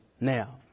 now